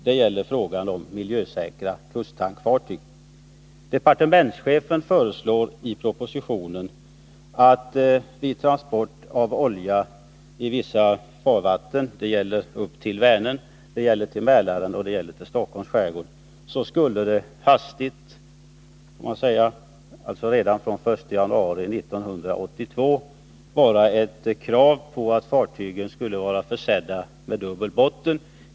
Det gäller frågan om miljösäkra kusttankfartyg. Departementschefen föreslår i propositionen att vid transport av olja i vissa farvatten — Vänern-Göta älv, Mälaren och Stockholms skärgård — skulle det redan från den 1 januari 1982 krävas att fartygen var försedda med dubbel botten.